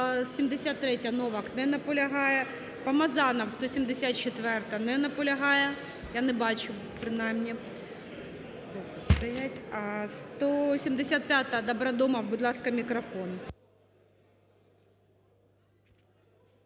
173-я, Новак. не наполягає. Помазанов, 174-а. Не наполягає. Я не бачу, принаймні. 175-а, Добродомов. Будь ласка, мікрофон.